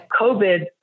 COVID